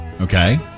Okay